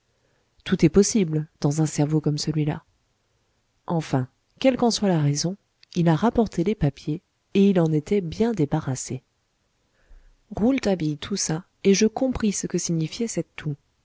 tout est possible dans un cerveau comme celui-là enfin quelle qu'en soit la raison il a rapporté les papiers et il en était bien débarrassé rouletabille toussa et je compris ce que signifiait cette toux